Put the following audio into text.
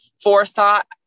forethought